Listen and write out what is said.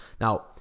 Now